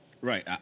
Right